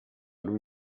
lui